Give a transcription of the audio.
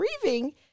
grieving